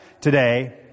today